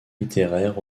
littéraires